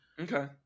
Okay